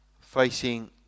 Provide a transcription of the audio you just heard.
facing